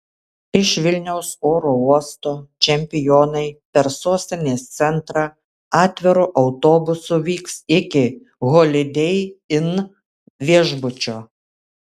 iš vilniaus oro uosto čempionai per sostinės centrą atviru autobusu vyks iki holidei inn viešbučio